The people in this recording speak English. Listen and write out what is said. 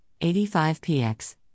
85px